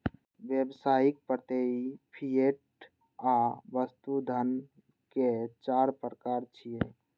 व्यावसायिक, प्रत्ययी, फिएट आ वस्तु धन के चार प्रकार छियै